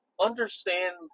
understand